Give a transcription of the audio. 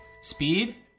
speed